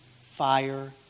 fire